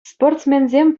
спортсменсем